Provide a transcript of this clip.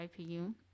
IPU